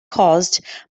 caused